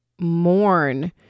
mourn